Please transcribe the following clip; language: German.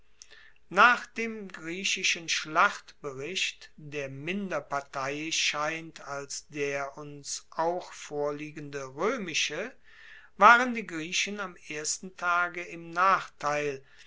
nach dem griechischen schlachtbericht der minder parteiisch scheint als der uns auch vorliegende roemische waren die griechen am ersten tage im nachteil